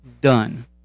done